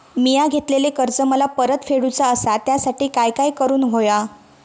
मिया घेतलेले कर्ज मला परत फेडूचा असा त्यासाठी काय काय करून होया?